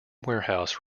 warehouse